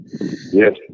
Yes